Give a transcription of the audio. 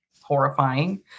horrifying